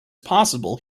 possible